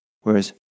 Whereas